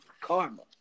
karma